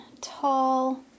tall